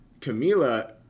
Camila